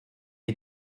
est